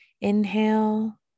Inhale